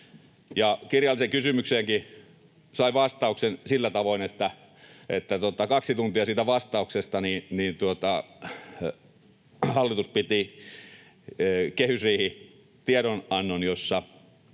Kirjalliseen kysymykseenkin sain vastauksen sillä tavoin, että kaksi tuntia siitä vastauksesta hallitus piti kehysriihitiedonannon, jossa